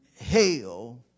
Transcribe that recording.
hell